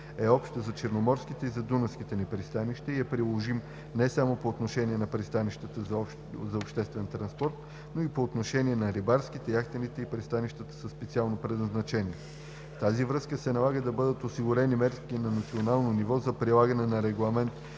е общ за черноморските и за дунавските ни пристанища и е приложим не само по отношение на пристанищата за обществен транспорт, но и по отношение на рибарските, яхтените и пристанищата със специално предназначение. В тази връзка се налага да бъдат осигурени мерки на национално ниво за прилагане на Регламент